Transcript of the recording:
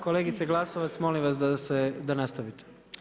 Kolegice Glasovac molim vas da nastavite.